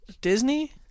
Disney